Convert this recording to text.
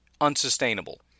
unsustainable